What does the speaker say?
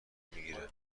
میگیره